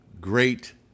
great